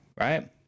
right